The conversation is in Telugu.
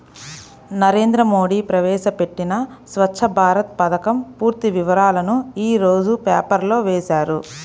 నరేంద్ర మోడీ ప్రవేశపెట్టిన స్వఛ్చ భారత్ పథకం పూర్తి వివరాలను యీ రోజు పేపర్లో వేశారు